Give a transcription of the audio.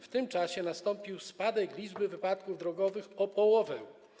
W tym czasie nastąpił spadek liczby wypadków drogowych o połowę.